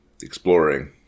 exploring